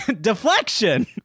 Deflection